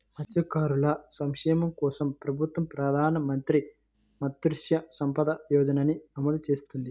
మత్స్యకారుల సంక్షేమం కోసం ప్రభుత్వం ప్రధాన మంత్రి మత్స్య సంపద యోజనని అమలు చేస్తోంది